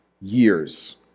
years